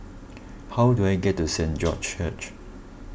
how do I get to Saint George's Church